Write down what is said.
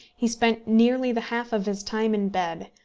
he spent nearly the half of his time in bed,